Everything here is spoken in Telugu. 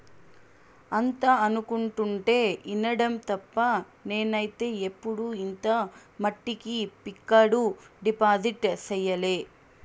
అంతా అనుకుంటుంటే ఇనడం తప్ప నేనైతే ఎప్పుడు ఇంత మట్టికి ఫిక్కడు డిపాజిట్ సెయ్యలే